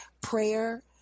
prayer